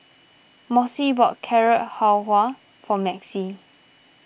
Mossie bought Carrot Halwa for Maxie